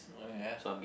oh ya